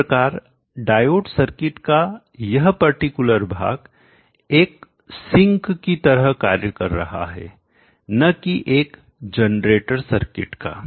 इस प्रकार diode circuit का यह पर्टिकुलर विशेष भाग एक सिंकग्रहण करने वाला की तरह कार्य कर रहा है न की एक जनरेटर सर्किट का